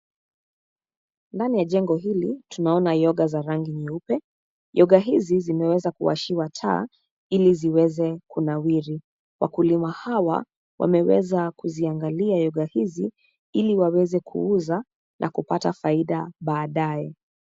Ndani ya jengo hili tunaona yoga za rangi nyeupe. Yoga hizi zimeweza kuwashiwa taa ili ziweze kunawiri. Wakulima hawa wameweza kuziangalia yoga hizi ili waweze kuuza na kupata faida baadaye.